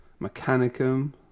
Mechanicum